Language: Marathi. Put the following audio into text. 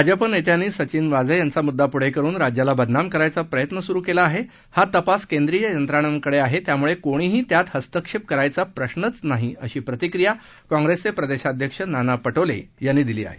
भाजप नेत्यांनी सचिन वाजे यांचा मुद्दा पुढे करून राज्याला बदनाम करण्याचा प्रयत्न सुरू केला आहे हा तपास केंद्रीय यंत्रणांकडे आहे त्यामुळे कोणीही त्यात हस्तक्षेप करण्याचा प्रश्न नाही अशी प्रतिक्रिया काँग्रेसचे नेते नाना पटोले यांनी दिली आहे